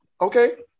Okay